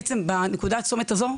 בנקודת צומת הזו,